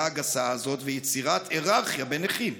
הגסה הזאת ויצירת היררכיה בין נכים?